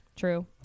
true